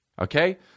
Okay